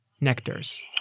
Nectar's